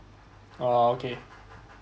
oh okay